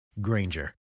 Granger